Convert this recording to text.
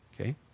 Okay